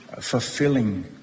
fulfilling